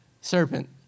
serpent